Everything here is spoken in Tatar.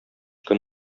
көн